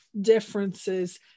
differences